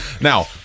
now